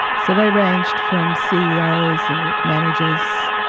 so they ranged from ceos and managers,